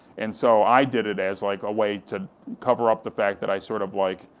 and so i did it as like, a way to cover up the fact that i sort of like,